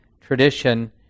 tradition